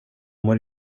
mår